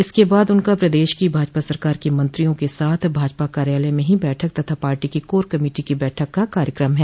इसके बाद उनका प्रदेश की भाजपा सरकार के मंत्रियों के साथ भाजपा कार्यालय में ही बैठक तथा पार्टी की कोर कमिटी की बैठक का कार्यक्रम है